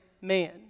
man